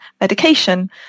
medication